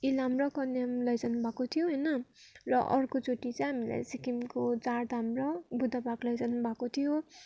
इलाम र कन्याम लैजाउनु भएको थियो होइन र अर्कोचोटि चाहिँ हामीलाई सिक्किमको चारधाम र बुद्ध पार्क लैजाउनु भएको थ्यो